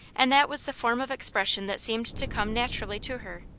and that was the form of expression that seemed to come naturally to her.